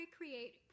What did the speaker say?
recreate